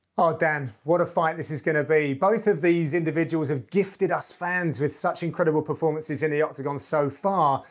oh, dan, what a fight this is gonna be. both of these individuals have gifted us fans with such incredible performances in the octagon so far.